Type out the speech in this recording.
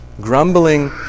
Grumbling